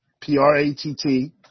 P-R-A-T-T